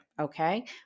okay